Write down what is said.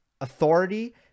authority